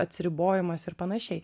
atsiribojimas ir panašiai